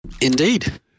Indeed